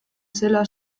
zela